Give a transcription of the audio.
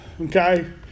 okay